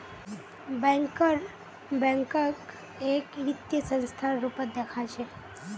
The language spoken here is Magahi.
बैंकर बैंकक एक वित्तीय संस्थार रूपत देखअ छ